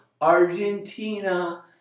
Argentina